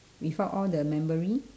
without all the memory